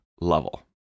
level